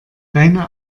deine